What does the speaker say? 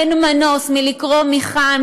אין מנוס מלקרוא מכאן,